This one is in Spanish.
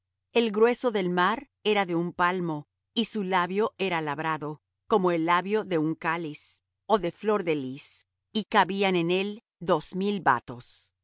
el grueso del mar era de un palmo y su labio era labrado como el labio de un cáliz ó de flor de lis y cabían en él dos mil batos